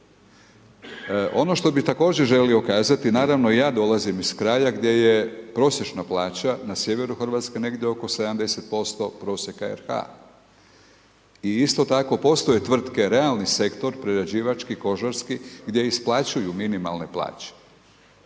Ono što bi također želio kazati, naravno, ja dolazim iz kraja gdje je prosječna plaća na sjeveru RH negdje oko 70% prosjeka RH. I isto tako postoje tvrtke, realni sektor prerađivački, kožarski, gdje isplaćuju minimalne plaće,